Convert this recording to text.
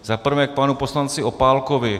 Za prvé k panu poslanci Opálkovi.